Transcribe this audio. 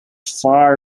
far